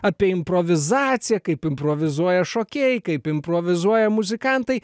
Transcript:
apie improvizaciją kaip improvizuoja šokėjai kaip improvizuoja muzikantai